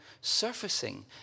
surfacing